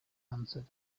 answered